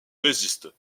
résiste